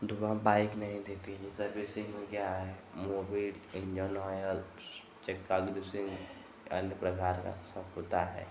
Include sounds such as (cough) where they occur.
धुआँ बाइक़ नहीं देती सर्विसिन्ग होकर आया है मोबिल इन्जन ऑयल चेक (unintelligible) अन्य प्रकार सब होता है